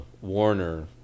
Warner